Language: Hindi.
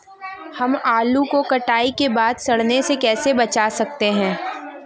हम आलू को कटाई के बाद सड़ने से कैसे बचा सकते हैं?